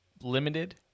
limited